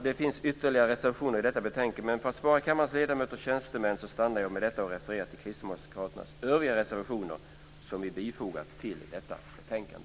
Det finns ytterligare reservationer i detta betänkande, men för att spara kammarens ledamöter och tjänstemän avslutar jag med detta och refererar till Kristdemokraternas övriga reservationer som vi fogat till detta betänkande.